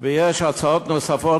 ויש הצעות נוספות